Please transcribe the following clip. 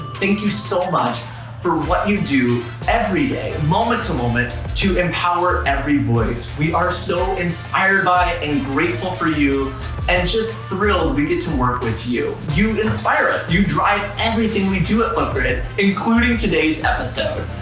thank you so much for what you do every day, moment to moment to empower every voice. we are so inspired by and grateful for you and just thrilled we get to work with you. you inspire us, you drive everything we do at flipgrid including today's episode.